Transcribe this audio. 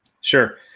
Sure